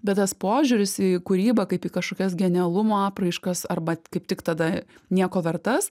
bet tas požiūris į kūrybą kaip į kažkokias genialumo apraiškas arba kaip tik tada nieko vertas